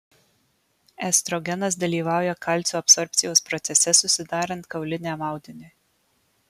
estrogenas dalyvauja kalcio absorbcijos procese susidarant kauliniam audiniui